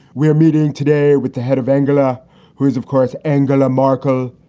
we're meeting today with the head of angola who is, of course, angola. marco,